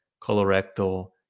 colorectal